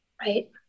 Right